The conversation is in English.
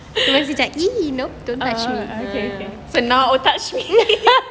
uh okay so now oh touch me